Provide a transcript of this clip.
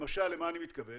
למשל למה אני מתכוון?